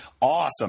awesome